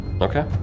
okay